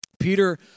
Peter